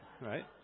right